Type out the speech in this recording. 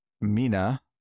Mina